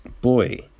boy